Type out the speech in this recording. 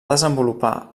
desenvolupar